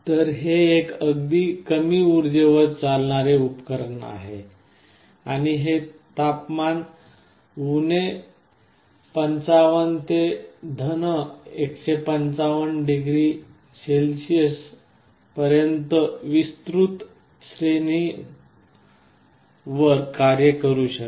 तर हे एक अगदी कमी उर्जेवर चालणारे उपकरण आहे आणि हे तापमान 55 ते 155 डिग्री सेल्सिअस पर्यंतच्या विस्तृत श्रेणीवर कार्य करू शकते